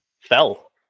fell